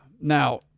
now